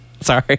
Sorry